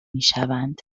میشوند